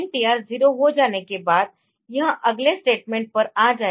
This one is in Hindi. INTR 0 हो जाने के बाद यह अगले स्टेटमेंट पर आ जाएगा